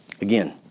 Again